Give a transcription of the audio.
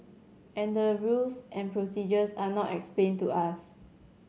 and the rules and procedures are not explained to us